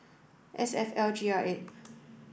S F L G R eight